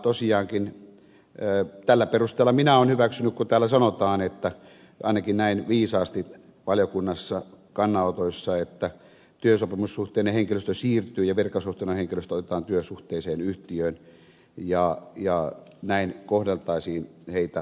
tosiaankin tällä perusteella minä olen hyväksynyt kun täällä sanotaan ainakin näin viisaasti valiokunnassa kannanotoissa että työsopimussuhteinen henkilöstö siirtyy ja virkasuhteinen henkilöstö otetaan työsuhteeseen yhtiöön ja näin kohdeltaisiin heitä asiallisesti